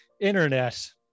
internet